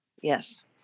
yes